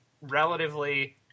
relatively